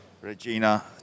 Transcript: Regina